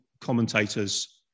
commentators